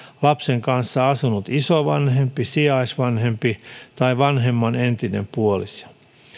lapsen kanssa asunut isovanhempi sijaisvanhempi tai vanhemman entinen puoliso